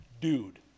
Dude